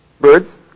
birds